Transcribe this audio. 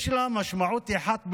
יש לה משמעות אחת בלבד.